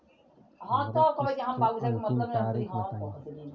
हमरे किस्त क अंतिम तारीख बताईं?